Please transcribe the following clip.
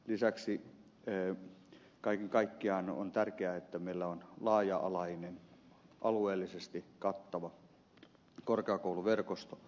lisäksi kaiken kaikkiaan on tärkeää että meillä on laaja alainen alueellisesti kattava korkeakouluverkosto